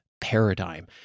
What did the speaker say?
paradigm